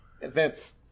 Events